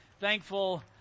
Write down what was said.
thankful